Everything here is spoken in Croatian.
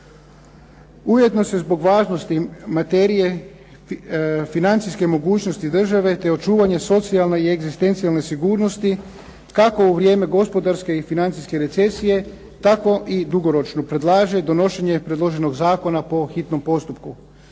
Ujedno se zbog važnosti materije financijske mogućnosti države, te očuvanje socijalne i egzistencijalne sigurnosti kako u vrijeme gospodarske i financijske recesije tako i dugoročno predlaže donošenje predloženog zakona po hitnom postupku.